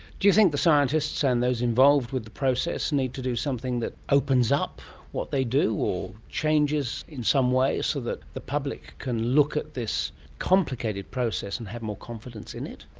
do you think the scientists and those involved with the process need to do something that opens up what they do or changes made in some way so that the public can look at this complicated process and have more confidence in it?